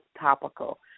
topical